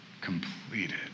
completed